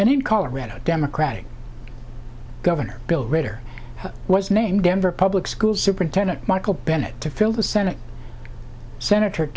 and in colorado democratic governor bill ritter was named denver public school superintendent michael bennet to fill the senate senator